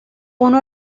uno